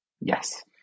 Yes